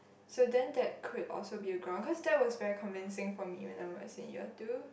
so then that could also be a ground cause that was very convincing for me when I was in year two